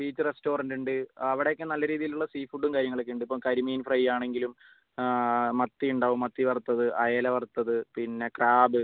beach restaurant ഉണ്ട് അവിടെ ഒക്കെ നല്ല രീതിയിലുള്ള സീ ഫുഡും കാര്യങ്ങളൊക്കെ ഉണ്ട് ഇപ്പോൾ കരിമീൻ ഫ്രൈ ആണെങ്കിലും മത്തി ഉണ്ടാവും മത്തി വറുത്തത് അയല വറുത്തത് പിന്നെ ക്രാബ്